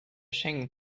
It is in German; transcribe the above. schengen